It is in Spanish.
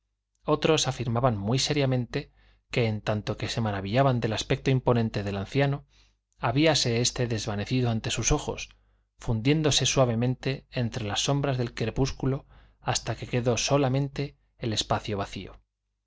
otros afirmaban muy seriamente que en tanto que se maravillaban del aspecto imponente del anciano habíase éste desvanecido ante sus ojos fundiéndose suavemente entre las sombras del crepúsculo hasta que quedó solamente el espacio vacío